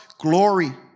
glory